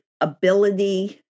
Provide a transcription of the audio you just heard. ability